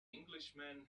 englishman